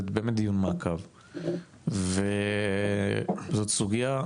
זה באמת דיון מעקב וזאת סוגייה,